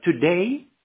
today